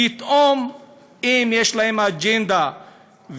פתאום יש להם אג'נדה,